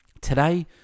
Today